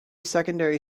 secondary